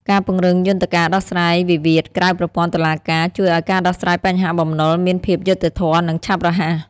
ការពង្រឹងយន្តការដោះស្រាយវិវាទក្រៅប្រព័ន្ធតុលាការ ជួយឱ្យការដោះស្រាយបញ្ហាបំណុលមានភាពយុត្តិធម៌ និងឆាប់រហ័ស។